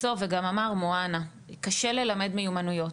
בסוף, וגם אמר מוהנא, קשה ללמד מיומנויות.